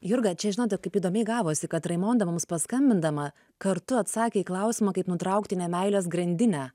jurga čia žinote kaip įdomiai gavosi kad raimonda mus paskambindama kartu atsakė į klausimą kaip nutraukti nemeilės grandinę